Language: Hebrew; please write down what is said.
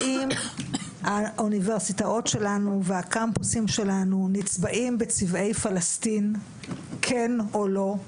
האם האוניברסיטאות שלנו והקמפוסים שלנו נצבעים בצבעי פלסטין כן או לא?